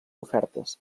ofertes